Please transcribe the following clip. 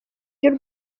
ry’u